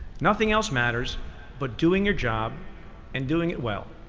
nothing else matters but doing your job and doing it well,